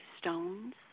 stones